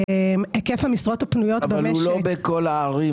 היקף המשרות הפנויות במשק -- אבל השיעור הזה הוא לא בכל הערים.